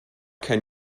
can